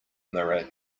mirror